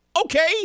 Okay